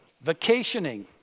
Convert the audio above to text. Vacationing